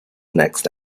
next